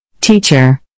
Teacher